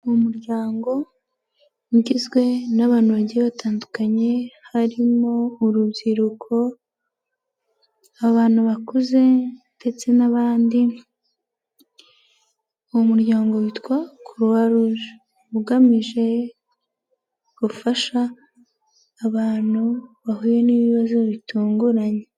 Ni umuryango ugizwe n'abantu bagiye batandukanye harimo: urubyiruko abantu bakuze ndetse n'abandi, uwo muryango witwa Croix Rouge, ugamije gufasha abantu bahuye n'ibibazo bitunguranye.